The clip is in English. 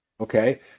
okay